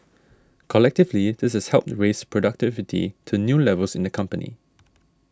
collectively this has helped raise productivity to new levels in the company